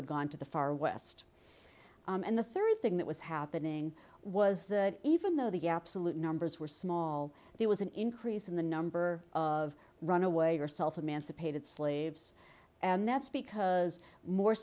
had gone to the far west and the third thing that was happening was that even though the absolute numbers were small there was an increase in the number of runaway yourself emancipated slaves and that's because more